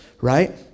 right